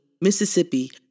Mississippi